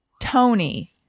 Tony